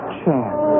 chance